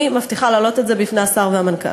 אני מבטיחה להעלות את זה בפני השר והמנכ"ל.